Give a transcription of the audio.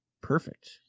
perfect